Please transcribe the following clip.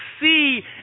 see